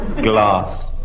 Glass